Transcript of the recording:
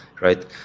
right